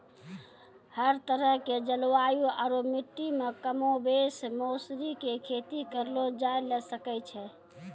हर तरह के जलवायु आरो मिट्टी मॅ कमोबेश मौसरी के खेती करलो जाय ल सकै छॅ